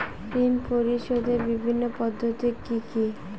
ঋণ পরিশোধের বিভিন্ন পদ্ধতি কি কি?